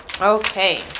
Okay